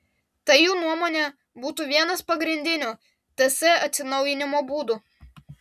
tai jų nuomone būtų vienas pagrindinių ts atsinaujinimo būdų